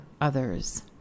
others